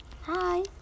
Hi